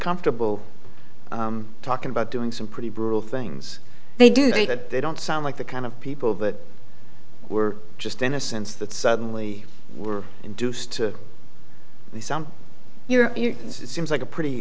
comfortable talking about doing some pretty brutal things they do that don't sound like the kind of people that were just in a sense that suddenly were induced some your seems like a pretty